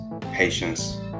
patience